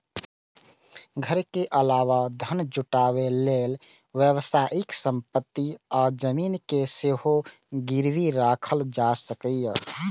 घर के अलावा धन जुटाबै लेल व्यावसायिक संपत्ति आ जमीन कें सेहो गिरबी राखल जा सकैए